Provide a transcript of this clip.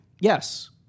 Yes